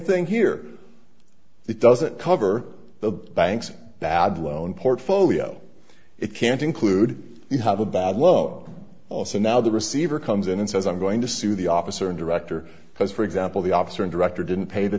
thing here it doesn't cover the bank's bad loan portfolio it can't include you have a bad loan also now the receiver comes in and says i'm going to sue the officer and director because for example the officer and director didn't pay the